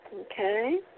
Okay